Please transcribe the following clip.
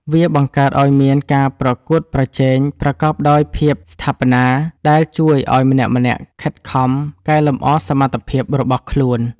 វាបង្កើតឱ្យមានការប្រកួតប្រជែងប្រកបដោយភាពស្ថាបនា ដែលជួយឱ្យម្នាក់ៗខិតខំកែលម្អសមត្ថភាពរបស់ខ្លួន។